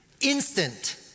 Instant